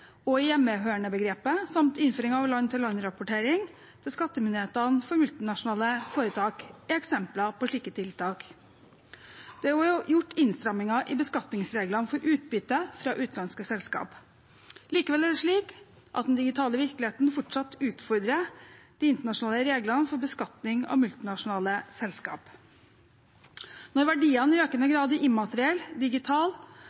og i hjemmehørendebegrepet samt innføring av land-til-land-rapportering til skattemyndighetene for multinasjonale foretak er eksempler på slike tiltak. Det er også gjort innstramminger i beskatningsreglene for utbytte fra utenlandske selskap. Likevel er det slik at den digitale virkeligheten fortsatt utfordrer de internasjonale reglene for beskatning av multinasjonale selskaper. Når verdiene i økende